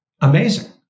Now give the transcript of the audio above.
amazing